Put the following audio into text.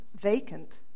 vacant